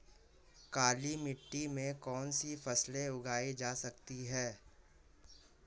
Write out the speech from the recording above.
काली मिट्टी में कौनसी फसलें उगाई जा सकती हैं?